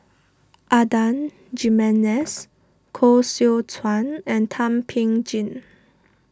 Adan Jimenez Koh Seow Chuan and Thum Ping Tjin